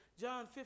John